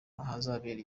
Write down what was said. ahazabera